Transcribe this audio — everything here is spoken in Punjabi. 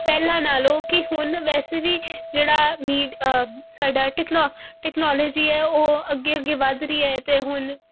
ਪਹਿਲਾਂ ਨਾਲੋਂ ਕਿ ਹੁਣ ਵੈਸੇ ਵੀ ਜਿਹੜਾ ਮੀ ਸਾਡਾ ਟੈਕਨੋਲ ਟੈਕਨੋਲੋਜੀ ਹੈ ਉਹ ਅੱਗੇ ਅੱਗੇ ਵੱਧ ਰਹੀ ਹੈ ਅਤੇ ਹੁਣ